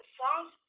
songs